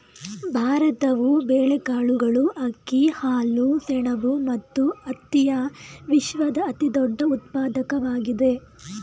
ಭಾರತವು ಬೇಳೆಕಾಳುಗಳು, ಅಕ್ಕಿ, ಹಾಲು, ಸೆಣಬು ಮತ್ತು ಹತ್ತಿಯ ವಿಶ್ವದ ಅತಿದೊಡ್ಡ ಉತ್ಪಾದಕವಾಗಿದೆ